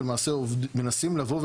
אז מאוד שמחנו לשמוע את המחמאות